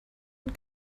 und